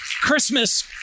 Christmas